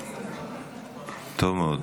טוב מאוד